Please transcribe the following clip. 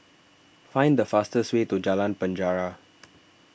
find the fastest way to Jalan Penjara